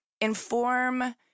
inform